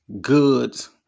goods